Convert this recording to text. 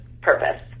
purpose